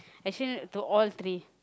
actually to all three